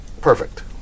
Perfect